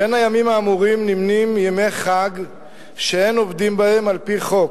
בין הימים האמורים נמנים ימי חג שאין עובדים בהם על-פי חוק,